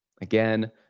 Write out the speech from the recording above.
Again